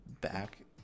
back